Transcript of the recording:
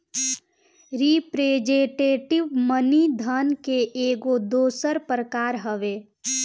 representative money धन के एगो दोसर प्रकार हवे